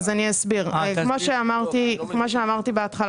אני אסביר: כמו שאמרתי בהתחלה